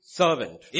servant